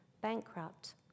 bankrupt